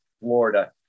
Florida